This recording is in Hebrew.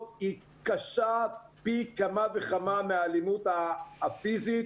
היא קשה פי כמה וכמה מהאלימות הפיזית